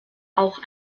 auch